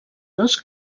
dos